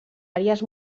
àrees